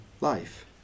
life